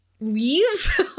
leaves